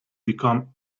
become